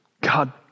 God